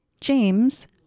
James